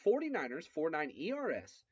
49ers49ERS